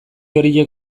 horiek